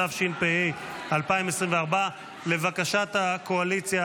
התשפ"ה 2024. לבקשת הקואליציה,